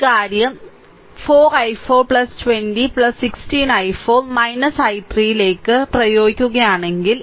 ഈ കാര്യം 4 i4 20 16 i4 I3 ലേക്ക് പ്രയോഗിക്കുകയാണെങ്കിൽ